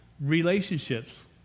relationships